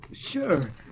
Sure